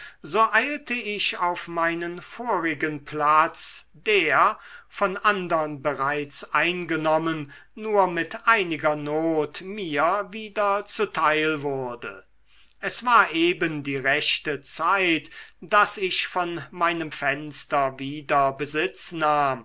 so eilte ich auf meinen vorigen platz der von andern bereits eingenommen nur mit einiger not mir wieder zuteil wurde es war eben die rechte zeit daß ich von meinem fenster wieder besitz